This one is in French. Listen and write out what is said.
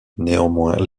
néanmoins